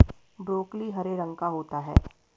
broccoli हरे रंग का होता है